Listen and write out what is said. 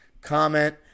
comment